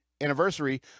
anniversary